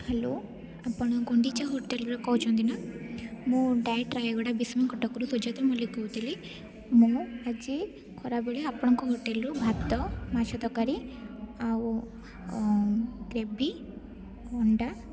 hello ଆପଣ ଗୁଣ୍ଡିଚା ହୋଟେଲ୍ରୁ କହୁଛନ୍ତି ନା ମୁଁ ଡାୟାଟ୍ ରାୟଗଡା ବିଷ୍ଣୁ କଟକରୁ ସୁଜାତା ମଲ୍ଲିକ କହୁଥିଲି ମୁଁ ଖରାବେଳେ ଆପଣଙ୍କ ହୋଟେଲ୍ରୁ ଭାତ ମାଛ ତରକାରୀ ଆଉ ଗ୍ରେଭି ଅଣ୍ଡା